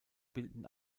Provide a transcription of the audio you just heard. bilden